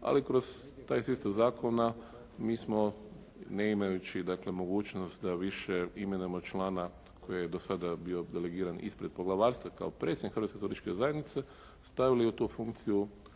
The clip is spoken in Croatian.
ali kroz taj sistem zakona mi smo ne imajući mogućnost da više imenujemo člana koji je do sada bio delegiran ispred poglavarstva kao predsjednik Hrvatske turističke zajednice stavili u tu funkciju